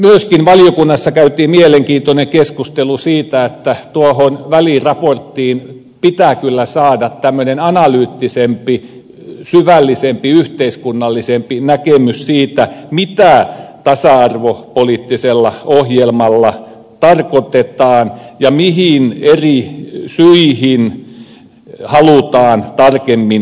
myöskin valiokunnassa käytiin mielenkiintoinen keskustelu siitä että tuohon väliraporttiin pitää kyllä saada tämmöinen analyyttisempi syvällisempi yhteiskunnallisempi näkemys siitä mitä tasa arvopoliittisella ohjelmalla tarkoitetaan ja mihin eri syihin halutaan tarkemmin puuttua